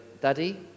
Daddy